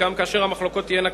וגם כאשר המחלוקות תהיינה קשות,